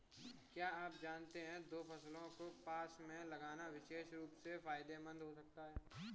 क्या आप जानते है दो फसलों को पास में लगाना विशेष रूप से फायदेमंद हो सकता है?